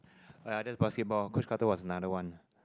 !aiya! that's basketball Coach-Carter was another one